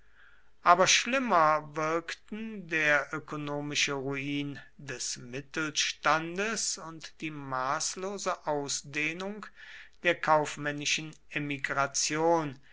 aber schlimmer wirkten der ökonomische ruin des mittelstandes und die maßlose ausdehnung der kaufmännischen emigration